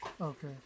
Okay